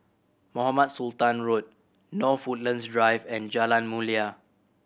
Mohamed Sultan Road North Woodlands Drive and Jalan Mulia